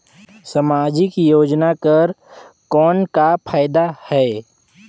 समाजिक योजना कर कौन का फायदा है?